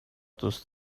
دوست